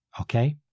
Okay